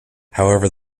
however